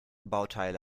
bauteile